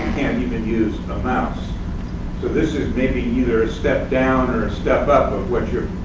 can even use a mouse. so this is maybe either a step-down or a step-up of what you're